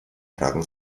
tragen